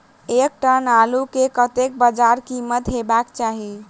एक टन आलु केँ कतेक बजार कीमत हेबाक चाहि?